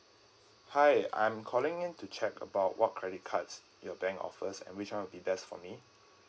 hi I'm calling in to check about what credit cards your bank offers and which one will be best for me